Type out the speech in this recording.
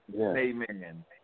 Amen